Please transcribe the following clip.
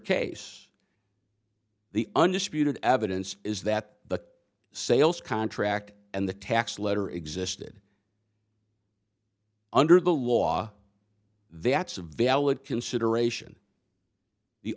case the undisputed evidence is that the sales contract and the tax letter existed under the law that's a valid consideration the